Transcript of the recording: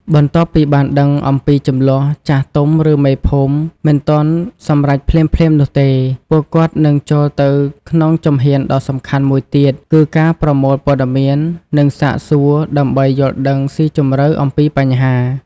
បន្ទាប់ពីបានដឹងអំពីជម្លោះ ចាស់ទុំ ឬមេភូមិ មិនទាន់សម្រេចភ្លាមៗនោះទេ។ ពួកគាត់នឹងចូលទៅក្នុងជំហានដ៏សំខាន់មួយទៀត គឺការប្រមូលព័ត៌មាន និងសាកសួរ ដើម្បីយល់ដឹងស៊ីជម្រៅអំពីបញ្ហា។